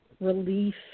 relief